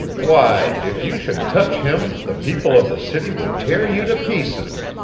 why, if you should touch him the people of the city would tear you to pieces.